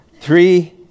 three